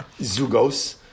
Zugos